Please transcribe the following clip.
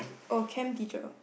oh chem teacher